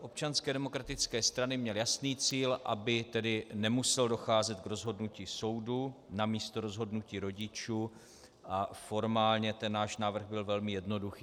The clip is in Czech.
Občanské demokratické strany měl jasný cíl, aby tedy nemuselo docházet k rozhodnutí soudu namísto rozhodnutí rodičů, a formálně byl náš návrh velmi jednoduchý.